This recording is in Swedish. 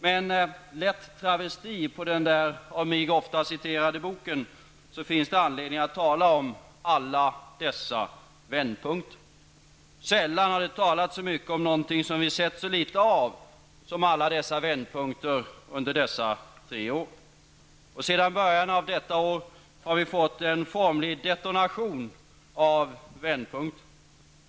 Med en lätt travesti på den av mig ofta citerade boken finns det anledning att tala om ''alla dessa vändpunkter''. Sällan har det talats så mycket om någonting som vi sett så litet av som alla dessa vändpunkter under dessa tre år. Sedan början av detta år har det varit en formlig detonation av vändpunkter.